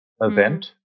event